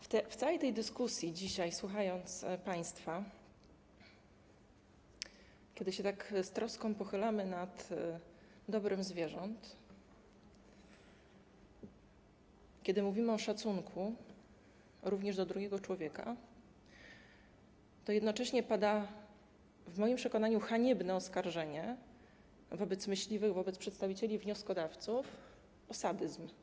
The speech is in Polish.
W całej tej dyskusji dzisiaj, gdy się słucha państwa, kiedy z troską pochylamy się nad dobrem zwierząt, kiedy mówimy o szacunku, również do drugiego człowieka, jednocześnie pada w moim przekonaniu haniebne oskarżenie wobec myśliwych, wobec przedstawicieli wnioskodawców o sadyzm.